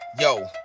Yo